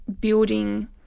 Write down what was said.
building